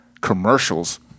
commercials